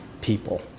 people